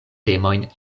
temojn